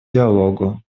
диалогу